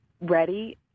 ready